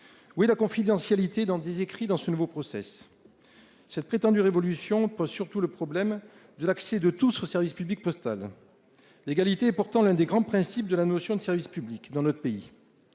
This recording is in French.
Oui la confidentialité dans 10 écrit dans ce nouveau process. Cette prétendue révolution peu surtout le problème de l'accès de tous au service public postal. L'égalité, pourtant l'un des grands principes de la notion de service public dans notre pays.